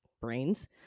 brains